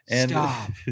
Stop